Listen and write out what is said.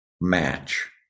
match